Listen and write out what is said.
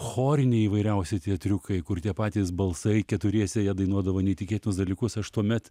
choriniai įvairiausi tie triukai kur tie patys balsai keturiese jie dainuodavo neįtikėtus dalykus aš tuomet